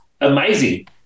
amazing